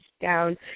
down